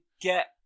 get